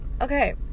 Okay